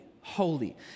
holy